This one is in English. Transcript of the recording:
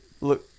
Look